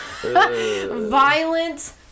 violent